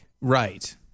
Right